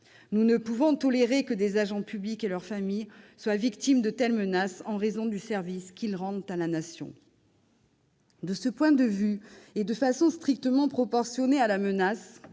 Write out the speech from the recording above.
Nous ne pouvons tolérer que des agents publics et leurs familles soient victimes de telles menaces en raison du service qu'ils rendent à la Nation. De ce point de vue, la possibilité pour les agents